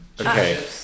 Okay